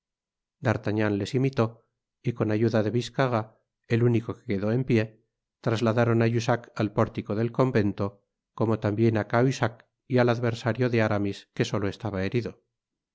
envainaron d'artagnan les imitó y con ayuda de biscarat el único que quedó en pié trasladaron á jussac al pórtico del convento como tambien á cahusac y al adversario de aramis que solo estaba herido